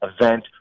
event